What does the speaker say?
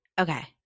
okay